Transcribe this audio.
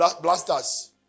blasters